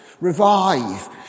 revive